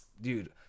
dude